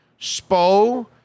Spo